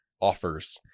offers